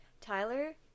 Tyler